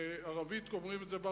ובערבית אומרים את זה,